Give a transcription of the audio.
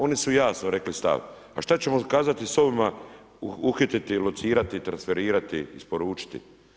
Oni su jasno rekli stav, a šta ćemo kazati s ovim, uhititi, locirati, transferirati, isporučiti?